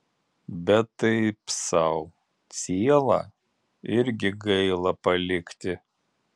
bet taip sau cielą irgi gaila palikti